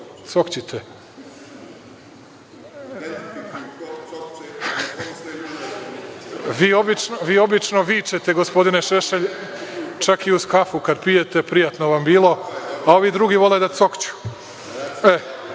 cokće?)Vi obično vičete gospodine Šešelj, čak i uz kafu kad pijete, prijatno vam bilo, a ovi drugi vole da cokću.